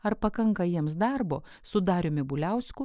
ar pakanka jiems darbo su dariumi bubliausku